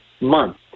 month